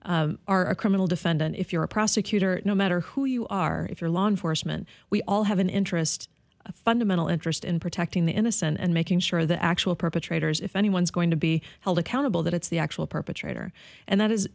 are a criminal defendant if you're a prosecutor no matter who you are if you're law enforcement we all have an interest a fundamental interest in protecting the innocent and making sure the actual perpetrators if anyone's going to be held accountable that it's the actual perpetrator and that is